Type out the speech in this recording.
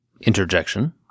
Interjection